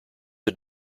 had